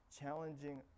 challenging